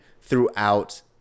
throughout